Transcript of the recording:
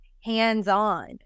hands-on